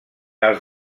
els